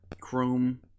Chrome